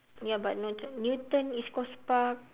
ya but newton newton east-coast-park